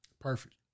perfect